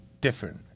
different